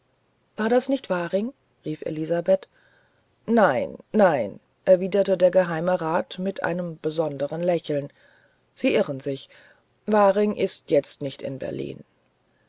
war das nicht waring rief elisabeth nein nein erwiderte der geheimerat mit einem besondern lächeln sie irren sich waring ist jetzt nicht in berlin